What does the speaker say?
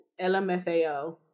LMFAO